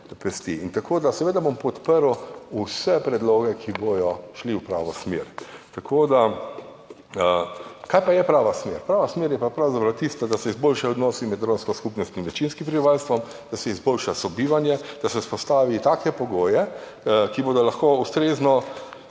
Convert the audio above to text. pesti. Seveda bom podprl vse predloge, ki bodo šli v pravo smer. Kaj pa je prava smer? Prava smer je pa pravzaprav tista, da se izboljšajo odnosi med romsko skupnostjo in večinskim prebivalstvom, da se izboljša sobivanje, da se vzpostavi take pogoje, da bodo lahko ustrezno